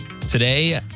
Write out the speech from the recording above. today